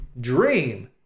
dream